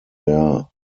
der